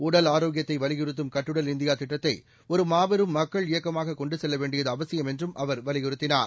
உடல் ஆரோக்கியத்தை வலியுறுத்தும் கட்டுடல் இந்தியா திட்டத்தை ஒரு மாபெரும் மக்கள் இயக்கமாக கொண்டு செல்ல வேண்டியது அவசியம் என்றும் அவர் வலியுறுத்தினார்